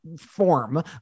form